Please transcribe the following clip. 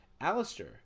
Alistair